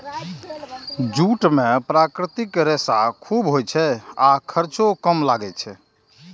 jute मे प्राकृतिक रेशा खूब होइ छै आ खर्चो कम लागै छै